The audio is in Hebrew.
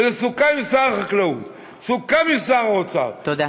וזה סוכם עם שר החקלאות, סוכם עם שר האוצר, תודה.